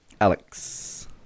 Alex